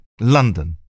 London